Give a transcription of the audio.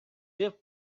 deep